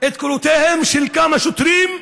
את קולותיהם של כמה שוטרים: